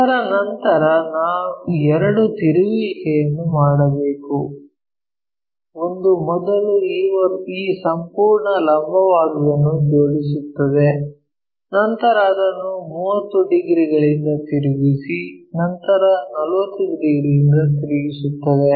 ಅದರ ನಂತರ ನಾವು ಎರಡು ತಿರುಗುವಿಕೆಗಳನ್ನು ಮಾಡಬೇಕು ಒಂದು ಮೊದಲು ಈ ಸಂಪೂರ್ಣ ಲಂಬವಾದದನ್ನು ಜೋಡಿಸುತ್ತದೆ ನಂತರ ಅದನ್ನು 30 ಡಿಗ್ರಿಗಳಿಂದ ತಿರುಗಿಸಿ ನಂತರ 45 ಡಿಗ್ರಿಗಳಿಂದ ತಿರುಗಿಸುತ್ತದೆ